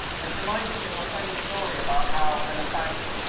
which reminds me of a funny story about al and a badger.